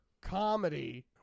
comedy